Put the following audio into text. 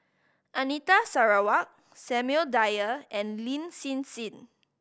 Anita Sarawak Samuel Dyer and Lin Hsin Hsin